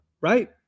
right